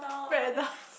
spread out